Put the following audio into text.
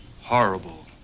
horrible